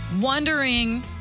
wondering